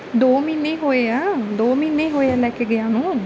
ਦੋ ਮਹੀਨੇ ਹੋਏ ਆ ਦੋ ਮਹੀਨੇ ਹੋਏ ਆ ਲੈ ਕੇ ਗਿਆਂ ਨੂੰ